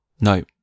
No